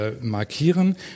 markieren